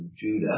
Judah